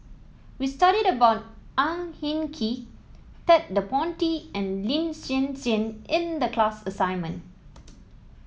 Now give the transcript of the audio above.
we studied about Ang Hin Kee Ted De Ponti and Lin Hsin Hsin in the class assignment